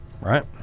right